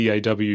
DAW